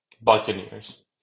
Buccaneers